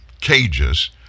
cages